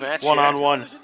One-on-one